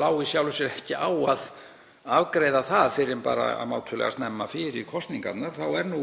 lá í sjálfu sér ekki á að afgreiða það fyrr en bara mátulega snemma fyrir kosningarnar — þá hefur nú